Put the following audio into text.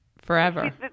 forever